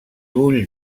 vull